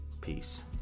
Peace